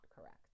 correct